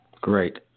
Great